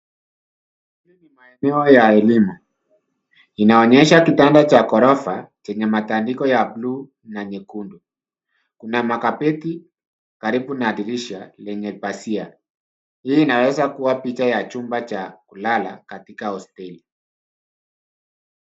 Hii ni maeneo ya elimu. Inaonyesha kitanda cha ghorofa chenye matandiko ya buluu na nyekundu. Kuna makabati karibu na dirisha lenye pazia. Hii inaweza kuwa picha ya chumba cha kulala katika hosteli.